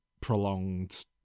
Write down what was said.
prolonged